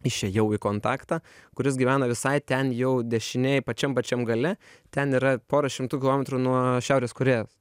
išėjau į kontaktą kuris gyvena visai ten jau dešinėj pačiam pačiam gale ten yra pora šimtų kilometrų nuo šiaurės korėjos